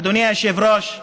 אדוני היושב-ראש,